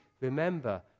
remember